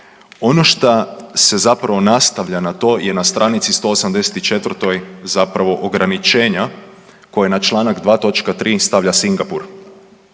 Ono šta se zapravo nastavlja na to je na stranici 184 zapravo ograničenja koja na Članak 2. točka 3. stavlja Singapur.